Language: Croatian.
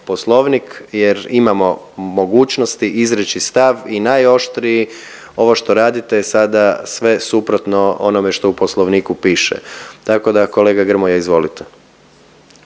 poslovnik jer imamo mogućnosti izreći stav i najoštriji, ovo što radite sada sve suprotno onome što u poslovniku piše, tako da kolega Grmoja izvolite.